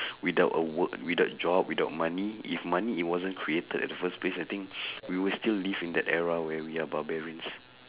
without a work without job without money if money it wasn't created at the first place I think we will still live in that era where we are barbarians